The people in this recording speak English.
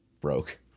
broke